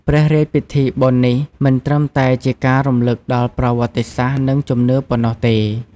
ព្រះរាជពិធីបុណ្យនេះមិនត្រឹមតែជាការរំលឹកដល់ប្រវត្តិសាស្ត្រ និងជំនឿប៉ុណ្ណោះទេ។